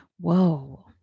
Whoa